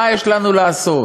מה יש לנו לעשות?